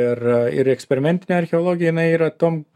ir ir eksperimentinė archeologija jinai yra tuom